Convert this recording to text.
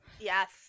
Yes